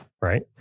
right